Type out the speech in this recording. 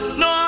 no